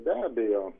be abejo